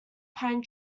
pine